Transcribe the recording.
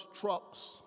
trucks